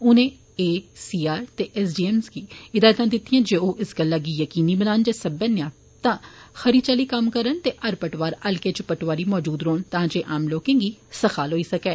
उनें A C R ते S D M गी हिदायतां दित्तियां जे ओह् इस गल्ला गी यकीनी बनान जे सब्बै नैयाबतां खरी चाल्ली कम्म करन ते हर पटवार हल्के इच पटौआरी मौजूद रौंहन तां जे आम लोकें गी सखाल होई सकै